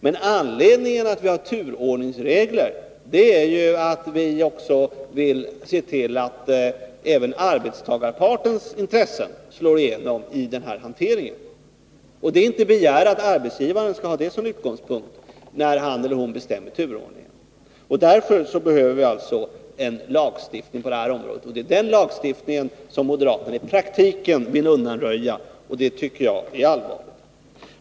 Men anledningen till att vi har turordningsregler är att vi vill se till, att även arbetstagarpartens intressen slår igenom i den här hanteringen. Det är inte att begära att arbetsgivaren skall ha det som utgångspunkt när han eller hon bestämmer turordningen, och därför behöver vi alltså en lagstiftning på det här området. Den lagstiftningen vill moderaterna i praktiken undanröja, vilket jag tycker är allvarligt.